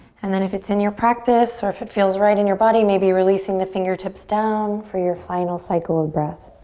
and then if it's in your practice or if it feels right in your body maybe releasing the fingertips down for your final cycle of breath.